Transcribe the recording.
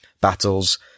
battles